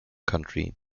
county